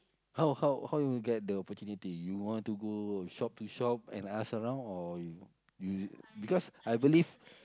how how how you want to get the opportunity you want to go shop to shop and ask around or you you because I believe